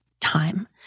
time